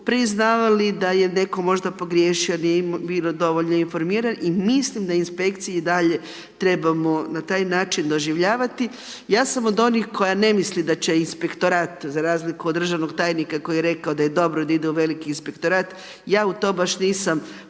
priznavali da je netko možda pogriješio, nije bio dovoljno informiran i mislim da inspekciji i dalje trebamo na taj način doživljavati. Ja sam od onih koja ne misli da će inspektorat za razliku od državnog tajnika koji je rekao da je dobro da ide u veliki inspektorat, ja u to baš nisam